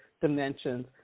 dimensions